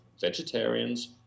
vegetarians